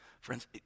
Friends